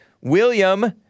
William